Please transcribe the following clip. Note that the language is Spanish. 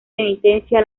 penitencia